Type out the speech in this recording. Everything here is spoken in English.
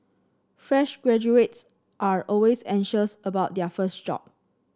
fresh graduates are always anxious about their first job